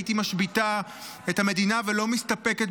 הייתי משביתה את המדינה ולא מסתפקת